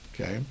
Okay